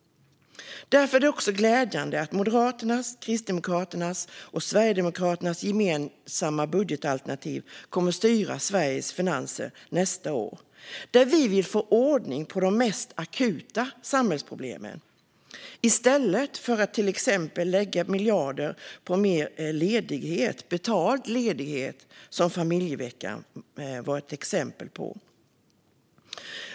Därför är det glädjande att Moderaternas, Kristdemokraternas och Sverigedemokraternas gemensamma budgetalternativ kommer att styra Sveriges finanser nästa år. Vi vill få ordning på de mest akuta samhällsproblemen i stället för att till exempel lägga miljarder på mer betald ledighet, vilket familjeveckan var ett exempel på.